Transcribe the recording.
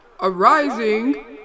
arising